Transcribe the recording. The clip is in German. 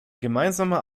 gemeinsame